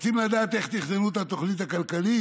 רוצים לדעת איך תכננו את התוכנית הכלכלית?